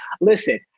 listen